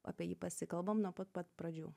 apie jį pasikalbam nuo pat pat pradžių